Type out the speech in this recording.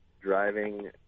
driving